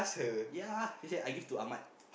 ya she say I give to Ahmad